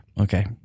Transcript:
Okay